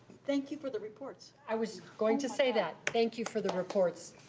thank you for the reports. i was going to say that, thank you for the reports.